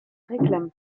réclament